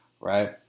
right